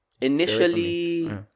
Initially